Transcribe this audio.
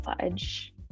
fudge